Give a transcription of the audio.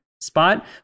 spot